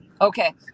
okay